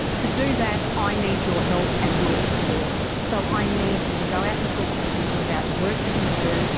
to do that i need your help and your support, so i need you to go out and talk to people about the work that you do,